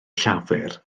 llafur